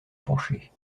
penchée